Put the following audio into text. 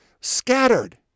scattered